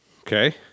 Okay